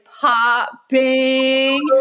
popping